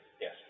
Yes